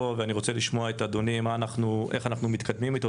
ואני רוצה לשמוע את אדוני איך אנחנו מתקדמים איתו,